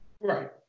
Right